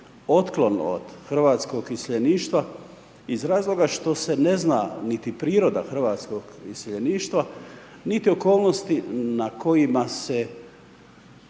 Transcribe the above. otklon iz hrvatskog iseljeništva, iz razloga što se ne zna niti priroda hrvatskog iseljeništva, niti okolnosti, na kojima se